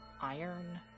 iron